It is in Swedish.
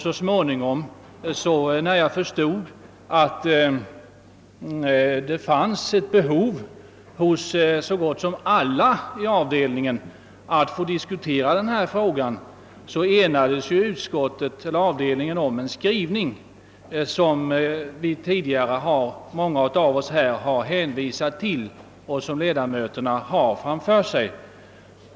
Så småningom blev det klart att det fanns ett behov hos så gott som alla inom avdelningen att få diskutera denna fråga, och man enades om den skrivning, som många av oss tidigare har hänvisat till och som ledamöterna har framför sig.